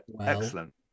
Excellent